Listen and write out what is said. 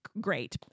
great